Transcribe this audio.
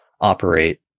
operate